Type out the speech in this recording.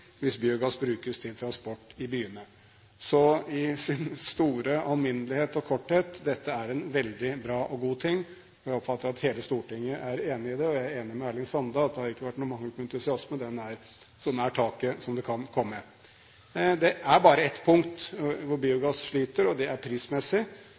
hvis biogass brukes til transport i byene. Så i sin store alminnelighet og korthet: Dette er en veldig bra og god ting, og jeg oppfatter at hele Stortinget er enig i det. Og jeg er enig med Erling Sande i at det ikke har vært noen mangel på entusiasme; den er så nær taket som den kan komme. Det er bare på ett punkt